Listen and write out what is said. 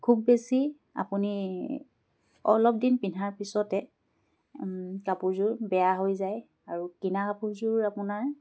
খুব বেছি আপুনি অলপ দিন পিন্ধাৰ পিছতে কাপোৰযোৰ বেয়া হৈ যায় আৰু কিনা কাপোৰযোৰ আপোনাৰ